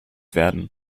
werden